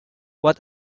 what